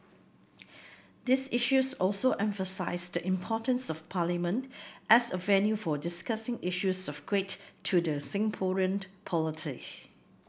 these issues also emphasise the importance of Parliament as a venue for discussing issues of great to the Singaporean polity